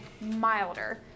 milder